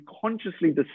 consciously